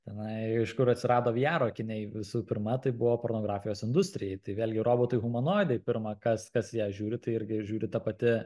tenai iš kur atsirado vijaro akiniai visų pirma tai buvo pornografijos industrijai tai vėlgi robotai humanoidai pirma kas kas ją žiūri tai irgi žiūri ta pati